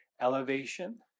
Elevation